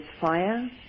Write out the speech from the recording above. fire